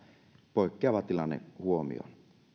poikkeava tilanne huomioon